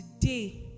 Today